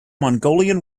mongolian